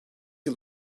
yıl